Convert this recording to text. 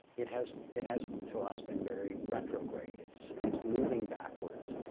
it has it has to us been very retrograde. it's it's moving backwards.